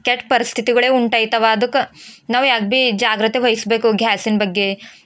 ಕೆಟ್ಟ ಪರಿಸ್ಥಿತಿಗಳೇ ಉಂಟಾಯ್ತವ ಅದ್ಕೆ ನಾವು ಯಾವಾಗ್ ಭಿ ಜಾಗ್ರತೆ ವಹಿಸಬೇಕು ಘ್ಯಾಸಿನ ಬಗ್ಗೆ